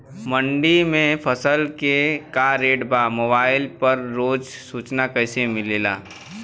मंडी में फसल के का रेट बा मोबाइल पर रोज सूचना कैसे मिलेला?